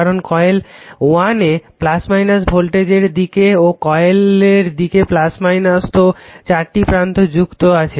কারণ কয়েল 1 এ ভোল্টেজের দিকে ও কয়েলের দিকে তো চারটি প্রান্ত এখানে যুক্ত আছে